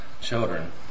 children